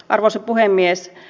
arvoisa puhemies